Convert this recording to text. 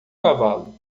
cavalo